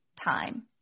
time